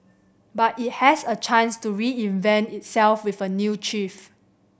but it has a chance to reinvent itself with a new chief